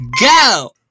go